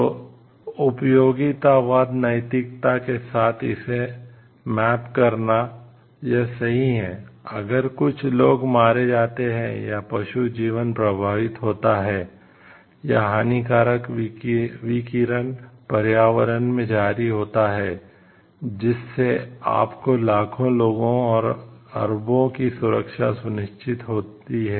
तो उपयोगितावाद नैतिकता के साथ इसे मैप करना यह सही है अगर कुछ लोग मारे जाते हैं या पशु जीवन प्रभावित होता है या हानिकारक विकिरण पर्यावरण में जारी होता है जिससे आपको लाखों लोगों और अरबों की सुरक्षा सुनिश्चित होती है